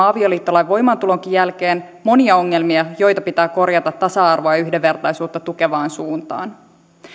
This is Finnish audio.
avioliittolain voimaantulonkin jälkeen monia ongelmia joita pitää korjata tasa arvoa ja yhdenvertaisuutta tukevaan suuntaan